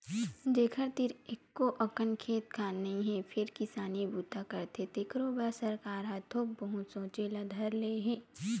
जेखर तीर एको अकन खेत खार नइ हे फेर किसानी बूता करथे तेखरो बर सरकार ह थोक बहुत सोचे ल धर ले हे